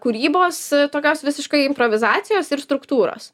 kūrybos tokios visiškai improvizacijos ir struktūros